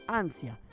ansia